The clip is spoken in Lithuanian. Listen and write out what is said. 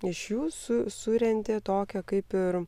iš jūsų su surentė tokią kaip ir